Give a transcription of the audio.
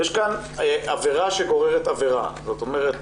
יש כאן עבירה שגוררת עבירה, זאת אומרת